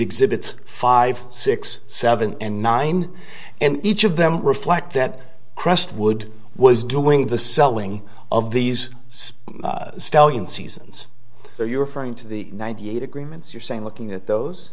exhibits five six seven and nine and each of them reflect that crestwood was doing the selling of these stallion seasons are you referring to the ninety eight agreements you're saying looking at those